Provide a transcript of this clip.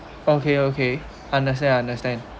okay okay understand understand